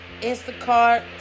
Instacart